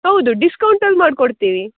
ಹೌದು ಡಿಸ್ಕೌಂಟಲ್ಲಿ ಮಾಡ್ಕೊಡ್ತೀವಿ